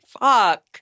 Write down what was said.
Fuck